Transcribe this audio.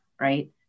right